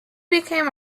became